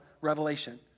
revelation